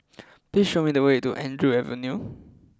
please show me the way to Andrew Avenue